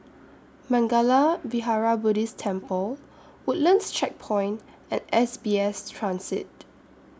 Mangala Vihara Buddhist Temple Woodlands Checkpoint and S B S Transit